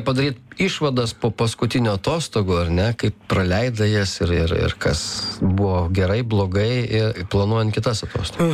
padaryt išvadas po paskutinių atostogų ar ne kaip praleidai jas ir ir kas buvo gerai blogai ir planuojant kitas atostogas